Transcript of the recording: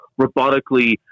robotically